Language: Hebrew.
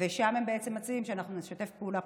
ושם הם בעצם מציעים שאנחנו נשתף פעולה,